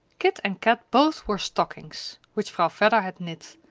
kit and kat both wore stockings, which vrouw vedder had knit,